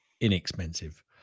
inexpensive